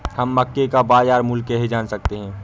हम मक्के का बाजार मूल्य कैसे जान सकते हैं?